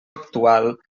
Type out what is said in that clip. actual